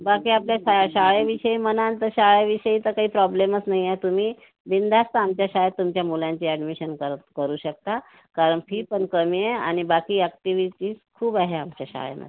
बाकी आपल्या शाळे शाळेविषयी म्हणाल तर शाळेविषयी तर काही प्रॉब्लेमच नाही आहे तुम्ही बिनधास्त आमच्या शाळेत तुमच्या मुलांची अॅडमिशन कर करू शकता कारण फीपण कमी आहे आणि बाकी अॅक्टिव्हिटीज खूप आहे आमच्या शाळेमध्ये